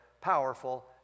powerful